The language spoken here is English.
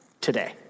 today